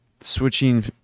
switching